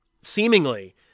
seemingly